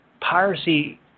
Piracy